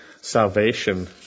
salvation